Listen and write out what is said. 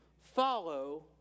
follow